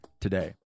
today